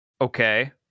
Okay